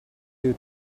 you